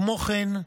כמו כן,